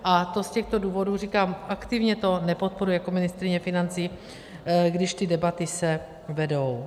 A z těchto důvodů říkám, aktivně to nepodporuji jako ministryně financí, když ty debaty se vedou.